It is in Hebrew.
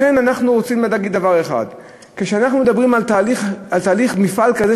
לכן אנחנו רוצים להגיד דבר אחד: כשאנחנו מדברים על תהליך במפעל כזה,